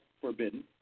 forbidden